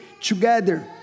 together